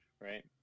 right